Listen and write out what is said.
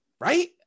Right